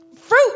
fruit